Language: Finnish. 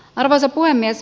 arvoisa puhemies